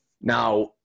now